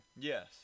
Yes